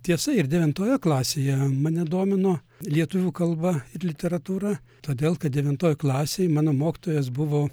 tiesa ir devintoje klasėje mane domino lietuvių kalba ir literatūra todėl kad devintoj klasėj mano mokytojas buvo